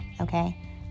okay